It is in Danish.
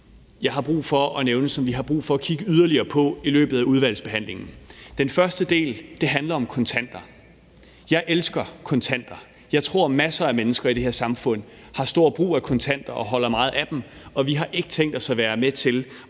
jeg har brug for at nævne, og som vi har brug for at kigge yderligere på i løbet af udvalgsbehandlingen. Den første del handler om kontanter. Jeg elsker kontanter. Jeg tror, masser af mennesker i det her samfund har stor brug af kontanter og holder meget af dem, og vi har ikke tænkt os at være med til